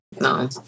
No